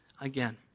again